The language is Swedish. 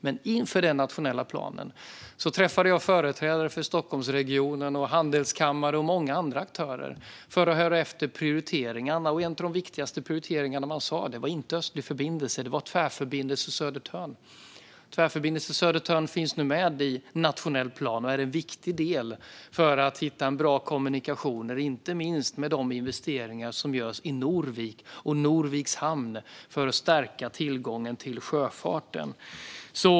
Men inför den nationella planen träffade jag företrädare för Stockholmsregionen, handelskammare och många andra aktörer för att höra vilka prioriteringar som fanns. En av de viktigaste prioriteringar man nämnde var inte Östlig förbindelse utan Tvärförbindelse Södertörn. Den finns nu med i nationell plan och är en viktig del för att hitta bra kommunikationer, inte minst med tanke på de investeringar som görs i Norvik och Norviks hamn för att stärka tillgången till sjöfarten.